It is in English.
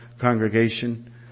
congregation